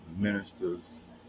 ministers